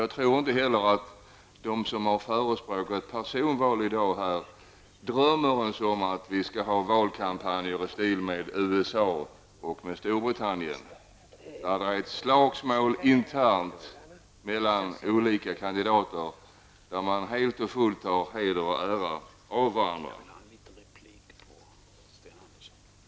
Jag tror inte att de som här i dag har förespråkat personval ens drömmer om att vi skall ha valkampanjer i stil med dem man har i USA och Storbritannien, där det är internt slagsmål mellan olika kandidater som tar ära och heder av varandra.